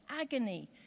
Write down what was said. agony